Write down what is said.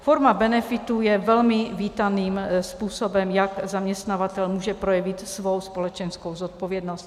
Forma benefitů je velmi vítaným způsobem, jak zaměstnavatel může projevit svou společenskou zodpovědnost.